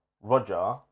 Roger